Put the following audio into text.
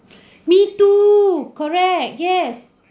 me too correct yes